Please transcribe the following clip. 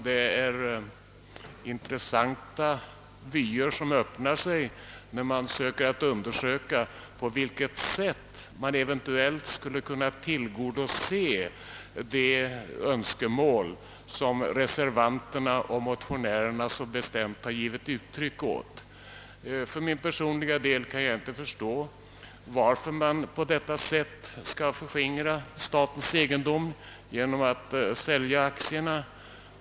Det är intressanta vyer som öppnar sig när man börjar undersöka på vilket sätt man eventuellt skul le kunna tillgodose de önskemål som reservanterna och motionärerna så bestämt har givit uttryck åt. För min personliga del kan jag inte förstå, varför man på detta sätt skall »förskingra» statens egendom genom att sälja aktierna.